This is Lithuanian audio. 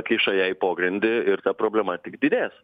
kiša ją į pogrindį ir ta problema tik didės